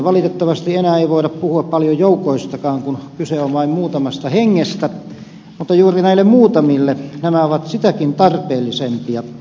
valitettavasti enää ei voida puhua paljon joukoistakaan kun kyse on vain muutamasta henkilöstä mutta juuri näille muutamille nämä vuorot ovat sitäkin tarpeellisempia